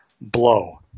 blow